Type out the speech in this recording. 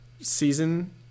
season